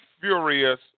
furious